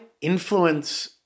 influence